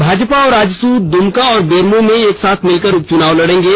भाजपा और आजसू दुमका और बेरमो में एक साथ भिलकर उपचुनाव लड़ेंगे